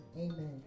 amen